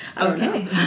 okay